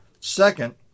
Second